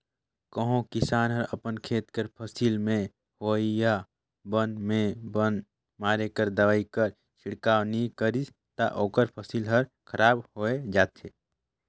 कहों किसान हर अपन खेत कर फसिल में होवइया बन में बन मारे कर दवई कर छिड़काव नी करिस ता ओकर फसिल हर खराब होए जाथे